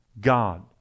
God